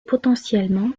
potentiellement